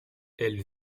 elle